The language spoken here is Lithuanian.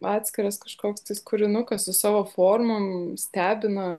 atskiras kažkoks kūrinukas su savo formom stebina